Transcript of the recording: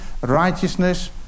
righteousness